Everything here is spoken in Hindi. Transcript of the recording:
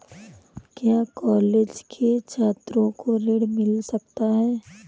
क्या कॉलेज के छात्रो को ऋण मिल सकता है?